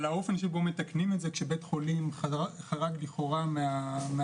על האופן שבו מתקנים את זה כשבית חולים חרג לכאורה מהנורמה.